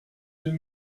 deux